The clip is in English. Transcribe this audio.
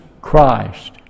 Christ